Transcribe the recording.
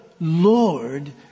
Lord